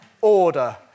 order